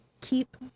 keep